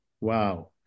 Wow